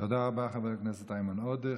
תודה רבה, חבר הכנסת איימן עודה.